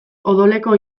odoleko